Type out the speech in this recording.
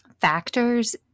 factors